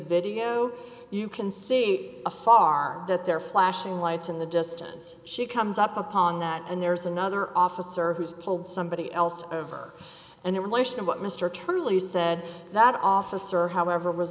video you can see a far that there flashing lights in the distance she comes up upon that and there's another officer who's pulled somebody else over and in relation to what mr truly said that officer however